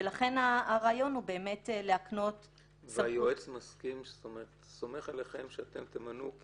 ולכן הרעיון הוא להקנות סמכות --- היועץ סומך עליכם שאתם תמנו את